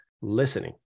listening